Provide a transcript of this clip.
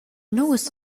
nus